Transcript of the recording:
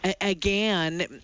Again